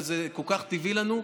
וזה כל כך טבעי לנו,